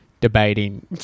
debating